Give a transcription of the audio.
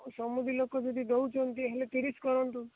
ସମୁଦି ଲୋକ ଯଦି ଦେଉଛନ୍ତି ହେଲେ ତିରିଶ କରନ୍ତୁ